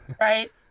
right